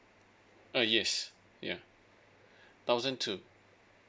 uh yes ya thousand two